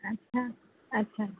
আচ্ছা আচ্ছা